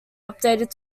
updated